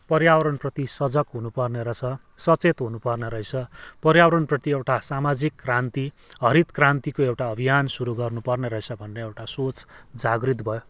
पर्यावरणप्रति सजक हुनुपर्ने रहेछ सचेत हुनुपर्ने रहेछ पर्यावरणप्रति एउटा सामाजिक क्रान्ति हरित क्रान्तिको एउटा अभियान सुरु गर्नुपर्ने रहेछ भन्ने एउटा सोच जागृत भयो